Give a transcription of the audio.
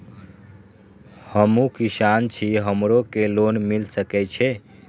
हमू किसान छी हमरो के लोन मिल सके छे?